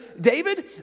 David